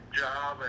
job